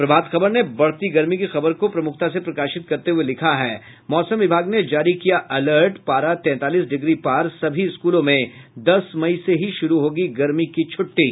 प्रभात खबर ने बढ़ती गर्मी की खबर को प्रमुखता से प्रकाशित करते हुये लिखा है मौसम विभाग ने जारी किया अलर्ट पारा तैंतालीस डिग्री पार सभी स्कूलों में दस मई से ही शुरू होगी गर्मी की छुट्टी